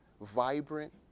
vibrant